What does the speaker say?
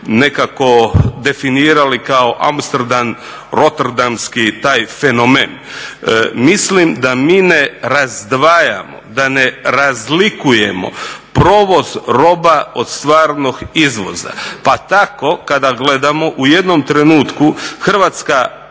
nekako definirali kao Amsterdam, rotterdamski taj fenomen. Mislim da mi ne razdvajamo, da ne razlikujemo provoz roba od stvarnog izvoza pa tako kada gledamo u jednom trenutku Hrvatska